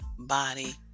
body